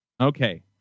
Okay